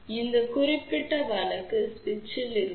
So we know that for a series impedance we can write A B 1 Z 1 Zd